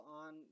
on